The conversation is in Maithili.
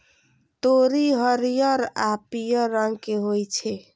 तोरी हरियर आ पीयर रंग के होइ छै